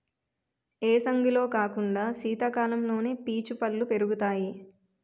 ఏసంగిలో కాకుండా సీతకాలంలోనే పీచు పల్లు పెరుగుతాయి